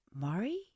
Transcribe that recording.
Murray